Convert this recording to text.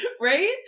right